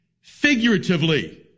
figuratively